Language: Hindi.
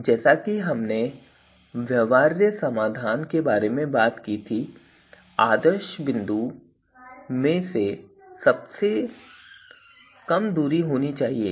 और जैसा कि हमने व्यवहार्य समाधान के बारे में बात की थी आदर्श बिंदु से सबसे कम दूरी होनी चाहिए